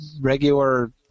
regular